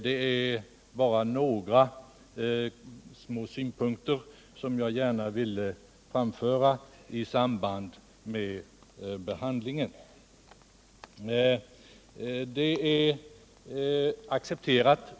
Det är bara några synpunkter som jag gärna ville framföra i samband med behandlingen av betänkandet.